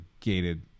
gated